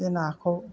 बे नाखौ